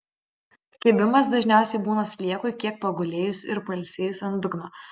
kibimas dažniausiai būna sliekui kiek pagulėjus ir pailsėjus ant dugno